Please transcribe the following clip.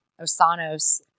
Osanos